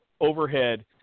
overhead